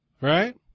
right